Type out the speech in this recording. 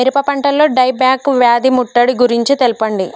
మిరప పంటలో dieback వ్యాధి ముట్టడి గురించి తెల్పండి?